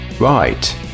Right